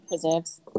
preserves